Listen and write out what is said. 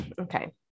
okay